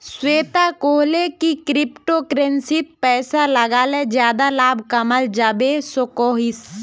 श्वेता कोहले की क्रिप्टो करेंसीत पैसा लगाले ज्यादा लाभ कमाल जवा सकोहिस